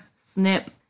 Snip